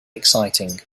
exciting